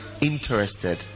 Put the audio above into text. interested